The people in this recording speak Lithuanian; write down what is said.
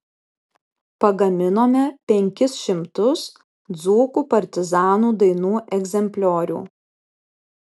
pagaminome penkis šimtus dzūkų partizanų dainų egzempliorių